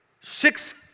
six